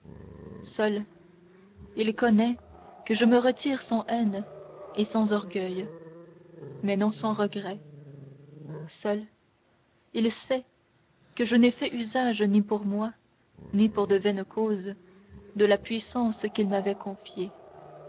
seul il connaît que je me retire sans haine et sans orgueil mais non sans regrets seul il sait que je n'ai fait usage ni pour moi ni pour de vaines causes de la puissance qu'il m'avait confiée